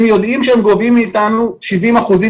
הם יודעים שהם גובים מאתנו 70 אחוזים